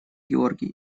георгий